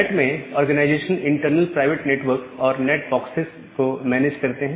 NAT में organisation internal private network और NAT boxes को मैनेज करते हैं